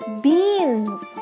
beans